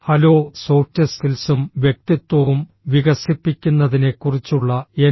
hello soft സ്കിൽസും വ്യക്തിത്വവും വികസിപ്പിക്കുന്നതിനെക്കുറിച്ചുള്ള എൻ